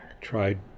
Tried